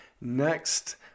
next